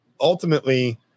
ultimately